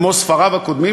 כמו ספריו הקודמים,